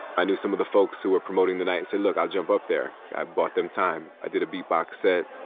i knew some of the folks who were promoting the night and said, look, i'll jump up there. i bought them time. i did a beatbox set